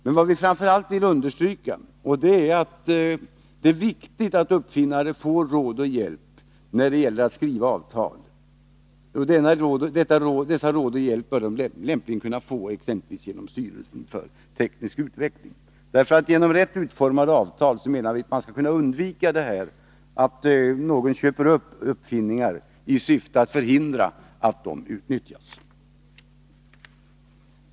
Men vad vi framför allt vill understryka är att det är viktigt att uppfinnare får råd och hjälp när det gäller att skriva avtal. Sådan rådgivning och hjälp bör de lämpligen kunna få exempelvis genom styrelsen för teknisk utveckling. Vi menar att man genom rätt utformade avtal bör kunna undvika att någon köper upp uppfinningar i syfte att förhindra att de utnyttjas.